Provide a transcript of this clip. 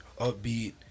upbeat